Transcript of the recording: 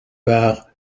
par